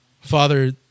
Father